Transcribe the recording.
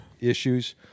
issues